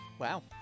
Wow